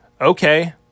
okay